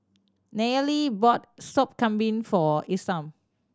Nayely bought Sop Kambing for Isam